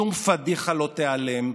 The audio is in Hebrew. שום פדיחה לא תיעלם,